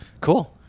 cool